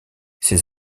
ces